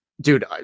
Dude